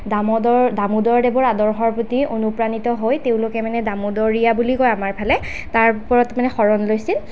দামোদৰ দামোদৰদেৱৰ আদৰ্শৰ প্ৰতি অনুপ্ৰাণিত হৈ তেওঁলোকে মানে দামোদৰীয়া বুলি কয় আমাৰ ফালে তাৰ ওপৰত মানে শৰণ লৈছিল